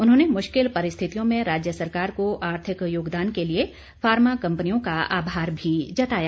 उन्होंने मुश्किल परिस्थितियों में राज्य सरकार को आर्थिक योगदान के लिए फार्मा कंपनियों का आभार भी जताया